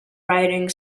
riding